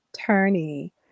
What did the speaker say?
Turney